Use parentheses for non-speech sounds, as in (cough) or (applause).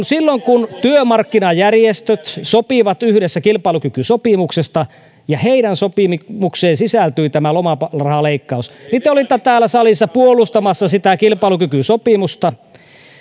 (unintelligible) silloin kun työmarkkinajärjestöt sopivat yhdessä kilpailukykysopimuksesta ja heidän sopimukseensa sisältyi tämä lomarahaleikkaus niin te olitte täällä salissa puolustamassa kilpailukykysopimusta